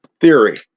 theory